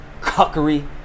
cuckery